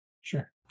Sure